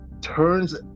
turns